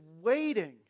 waiting